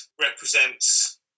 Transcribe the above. represents